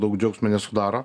daug džiaugsmo nesudaro